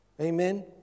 Amen